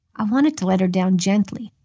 i wanted to let her down gently,